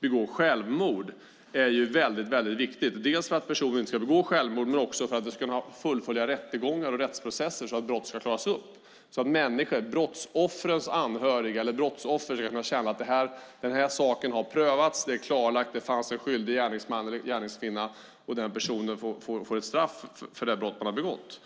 begår självmord är väldigt viktigt, dels i sig att personerna inte ska begå självmord, dels för att rättegångar och rättsprocesser ska kunna fullföljas och brott klaras upp, så att brottsoffrens anhöriga eller brottsoffren själva ska känna att saken har prövats och är klarlagd: Det fanns en skyldig gärningsman eller gärningskvinna, och personen får ett straff för det brott som begåtts.